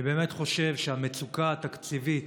אני באמת חושב שהמצוקה התקציבית